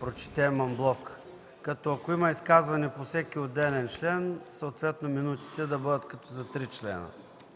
прочетем анблок? Като, ако има изказване по всеки отделен член, съответно минутите да бъдат като за три члена.